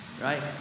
Right